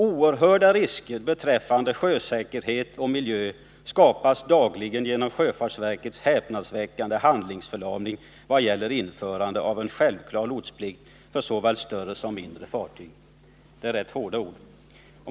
Oerhörda risker beträffande sjösäkerhet och miljö skapas dagligen genom Sjöfartsverkets häpnadsväckande handlingsförlamning vad gäller införandet av en självklar lotsplikt för såväl större som mindre fartyg.” Detta är ganska hårda ord.